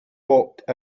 walked